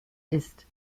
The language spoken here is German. ist